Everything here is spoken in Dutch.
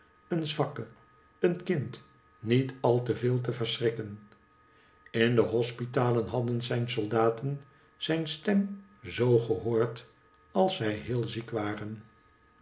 een zwakke een kind niet al te veel te verschrikken in de hospitalen hadden zijn soldaten zijn stem zoo gehoord als zij heel ziek waren